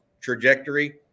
trajectory